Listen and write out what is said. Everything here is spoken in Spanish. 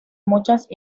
muchas